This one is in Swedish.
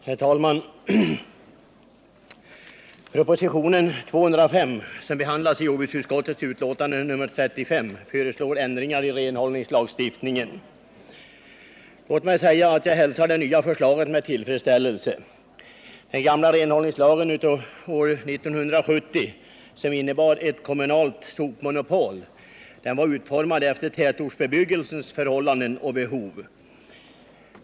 Herr talman! Proposition nr 205, som behandlas i jordbruksutskottets betänkande nr 35, föreslår ändringar i renhållningslagstiftningen. Låt mig säga att jag hälsar det nya förslaget med tillfredsställelse. Den gamla renhållningslagen av år 1970, som innebar ett kommunalt sopmonopol, var utformad efter tätortsbebyggelsens förhållanden och behov.